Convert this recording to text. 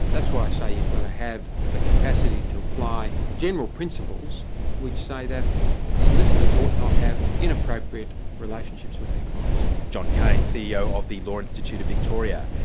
that's why i say you've got to have the capacity to apply general principles which say that solicitors ought not have inappropriate relationships with their clients. john cain, ceo of the law institute of victoria.